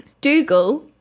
Dougal